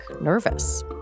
nervous